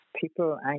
people